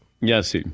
yes